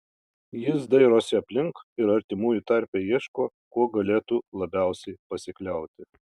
jis dairosi aplink ir artimųjų tarpe ieško kuo galėtų labiausiai pasikliauti